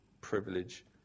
privilege